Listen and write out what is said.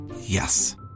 Yes